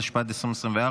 התשפ"ד 2024,